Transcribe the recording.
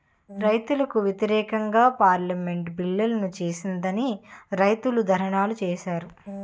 రైతులకు వ్యతిరేకంగా పార్లమెంటు బిల్లులను చేసిందని రైతులు ధర్నాలు చేశారు